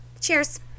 Cheers